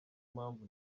mpamvu